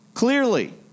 Clearly